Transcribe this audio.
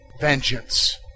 Vengeance